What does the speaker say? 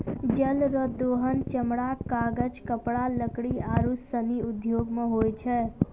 जल रो दोहन चमड़ा, कागज, कपड़ा, लकड़ी आरु सनी उद्यौग मे होय छै